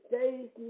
days